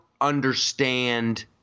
understand